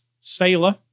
Sailor